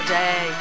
day